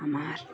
আমার